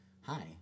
hi